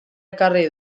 ekarri